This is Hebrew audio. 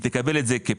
היא תקבל את זה כפחת,